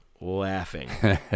laughing